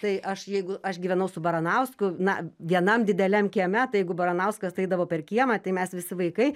tai aš jeigu aš gyvenau su baranausku na vienam dideliam kieme tai jeigu baranauskas eidavo per kiemą tai mes visi vaikai